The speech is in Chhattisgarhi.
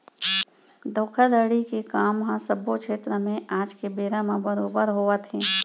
धोखाघड़ी के काम ह सब्बो छेत्र म आज के बेरा म बरोबर होवत हे